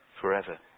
forever